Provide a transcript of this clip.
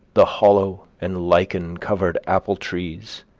the hollow and lichen-covered apple trees,